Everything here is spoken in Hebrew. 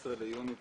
12 ביוני,